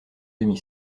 demi